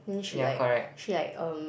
and then she like she like um